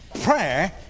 Prayer